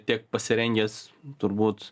tiek pasirengęs turbūt